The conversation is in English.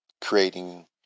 creating